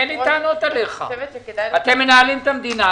אתם מנהלים את המדינה.